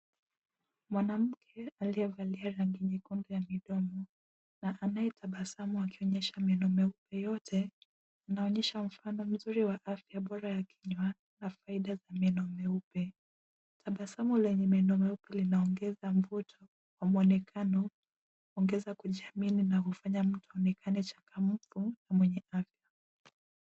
Mwanamke aliyevalia rangi nyekundu ya midomo na anayetabasamu akionyesha meno meupe yote anaonyesha mfano mzuri wa afya ya kinywa na faida za meno meupe. Tabasamu lenye meno meupe linaongeza mvuto, muonekano, ongeza kujiamini na hufanya mtu aonekane changamfu na mwenye afya.